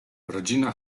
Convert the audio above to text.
rodzina